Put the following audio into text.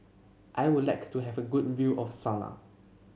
I would like to have a good view of Sanaa